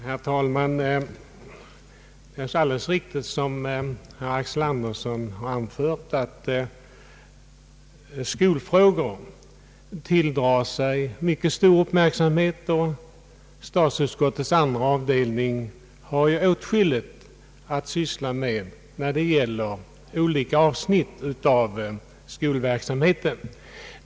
Herr talman! Det är alldeles riktigt som herr Axel Andersson anför att skolfrågor tilldrar sig mycket stor uppmärksamhet, och statsutskottets andra avdelning har åtskilligt att syssla med när det gäller olika avsnitt av skolverksamheten.